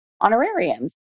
honorariums